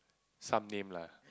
some name lah